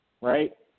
right